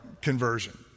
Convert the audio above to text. conversion